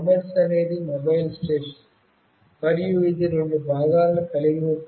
ఈ MS అనేది mobile station మరియు ఇది రెండు భాగాలను కలిగి ఉంటుంది